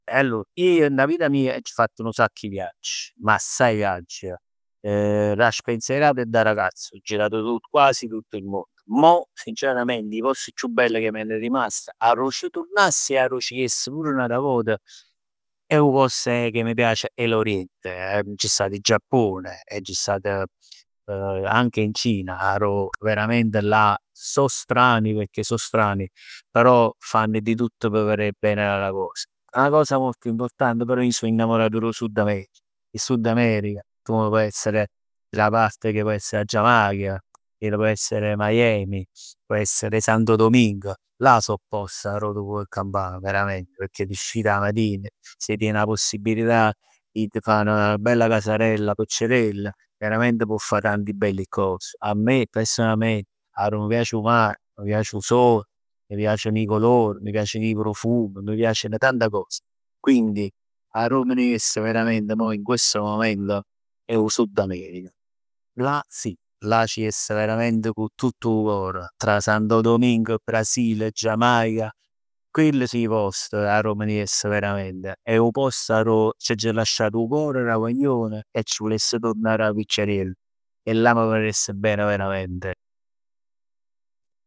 Allor, ij dint 'a vita mij agg fatt 'nu sacc 'e viagg. Ma assaje viagg. Da spensierato e da ragazzo ho girato tutto, quasi tutto il mondo. Mo sinceramente 'e post chiù belli ch' m'hann rimast arò c' turnass e arò c' jess pur n'ata vot è 'o posto che mi piace è l'oriente. Agg stat in Giappone, agg stat anche in Cina arò verament là sò strani pecchè sò strani, però fanno di tutto p' verè ben la cosa. 'Na cosa molto importante, però ij sò innamorato dò Sud America. Il Sud America come può essere, la parte che può essere 'a Giamaica, ch' pò essere Miami, pò essere Santo Domingo, là sò post arò tu può campà verament pecchè t' scit 'a matin si tien 'a possibilità 'e t' fà 'na bella casarella piccirella veramente può fà tanti belli cos. 'A me personalmente arò m' piac 'o mar, m' piac 'o sol, m' piaceno 'e color, m' piaceno 'e profum. M' piaceno tanta cos, quindi arò m' ne jess verament mò in questo momento è 'o Sud America, là sì, là c' jess verament cò tutt 'o cor. Tra Santo Domingo, Brasile, Giamaica, chill sò 'e post arò m' ne jess verament, è 'o post arò c'aggio lasciat 'o cor da guaglione e c' vuless turnà da piccirill e là m' ne veress 'e ben veramente